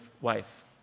wife